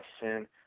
sin